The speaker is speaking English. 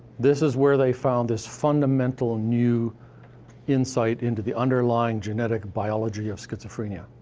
this is where they found this fundamentally new insight into the underlying genetic biology of schizophrenia.